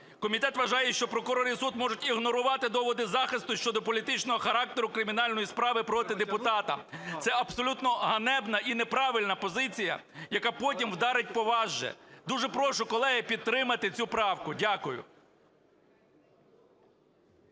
Комітет вважає, що прокурор і суд можуть ігнорувати доводи захисту щодо політичного характеру кримінальної справи проти депутата, це абсолютно ганебна і неправильна позиція, яка потім вдарить по вас же. Дуже прошу, колеги, підтримати цю правку. Дякую.